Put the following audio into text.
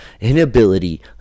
inability